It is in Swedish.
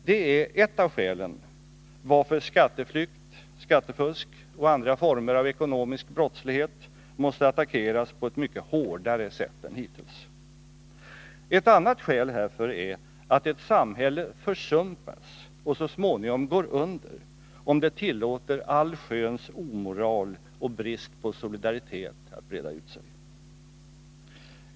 Det är ett av skälen till att skatteflykt, skattefusk och andra former av ekonomisk brottslighet måste attackeras på ett mycket hårdare sätt än hittills. Ett annat skäl härför är att ett samhälle försumpas och så småningom går under om det tillåter allsköns omoral och brist på solidaritet att breda ut sig.